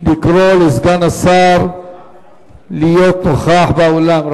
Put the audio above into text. לקרוא לסגן השר להיות נוכח באולם.